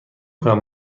کنم